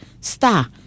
Star